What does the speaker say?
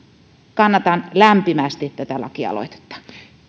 kannatan lämpimästi tätä lakialoitetta